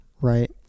Right